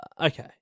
Okay